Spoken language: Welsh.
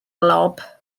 lob